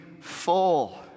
full